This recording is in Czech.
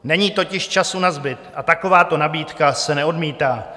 Není totiž času nazbyt a takováto nabídka se neodmítá.